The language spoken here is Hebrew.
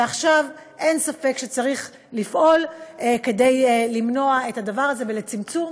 ועכשיו אין ספק שצריך לפעול כדי למנוע את הדבר הזה ולצמצם.